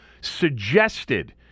suggested